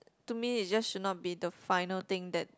to me it's just should not be the final thing that